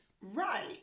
Right